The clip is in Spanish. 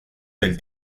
del